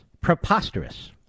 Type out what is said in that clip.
preposterous